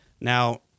Now